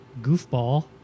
Goofball